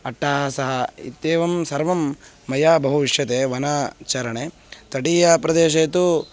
अट्टहासः इत्येवं सर्वं मया बहु इष्यते वन चारणे तटीयप्रदेशे तु